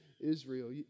Israel